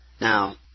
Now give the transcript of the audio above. Now